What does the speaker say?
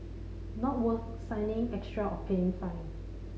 not worth signing extra or paying fine